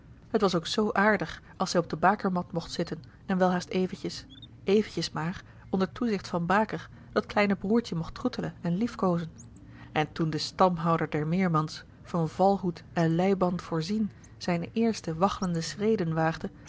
het was ook zoo aardig als zij op de bakermat mocht zitten en welhaast eventjes eventjes maar onder toezicht van baker dat kleine broêrtje mocht troetelen en liefkoozen en toen de stamhouder der meermans van valhoed en leiband voorzien zijne eerste waggelende schreden waagde